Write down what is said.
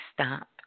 stop